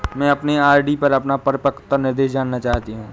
मैं अपने आर.डी पर अपना परिपक्वता निर्देश जानना चाहती हूँ